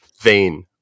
vein